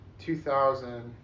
2000